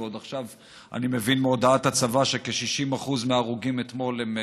ועוד עכשיו אני מבין מהודעת הצבא שכ-60% מההרוגים אתמול לא